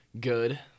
Good